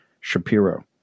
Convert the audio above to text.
Shapiro